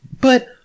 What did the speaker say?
But